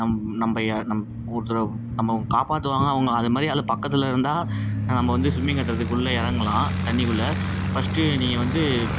நம் நம்ப ய நம் ஒருத்தரை நம்ம காப்பாற்றுவாங்க அவங்க அது மாதிரி ஆள் பக்கத்தில் இருந்தால் நம்ம வந்து ஸ்விம்மிங் கற்றதுக்குள்ள இறங்கலாம் தண்ணிக்குள்ளே ஃபர்ஸ்ட்டு நீங்கள் வந்து